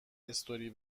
استوری